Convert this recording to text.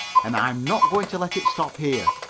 and i'm not going to let it stop here.